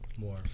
more